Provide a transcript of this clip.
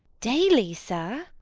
daily, sir.